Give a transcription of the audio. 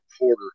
reporter